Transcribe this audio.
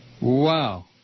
Wow